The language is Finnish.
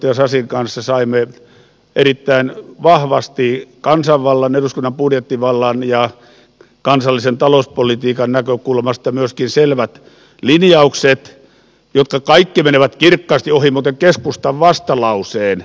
puheenjohtaja sasin kanssa saimme erittäin vahvasti kansanvallan eduskunnan budjettivallan ja kansallisen talouspolitiikan näkökulmasta myöskin selvät linjaukset jotka kaikki muuten menevät kirkkaasti ohi keskustan vastalauseen